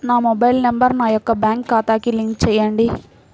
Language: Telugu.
నా మొబైల్ నంబర్ నా యొక్క బ్యాంక్ ఖాతాకి లింక్ చేయండీ?